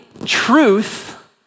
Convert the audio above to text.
Truth